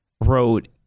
wrote